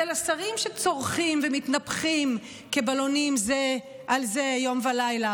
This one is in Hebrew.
לשרים שצורחים ומתנפחים כבלונים זה על זה יום ולילה,